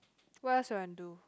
what else you want do